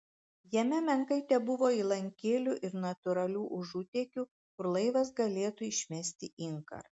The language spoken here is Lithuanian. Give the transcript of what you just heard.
jame menkai tebuvo įlankėlių ir natūralių užutėkių kur laivas galėtų išmesti inkarą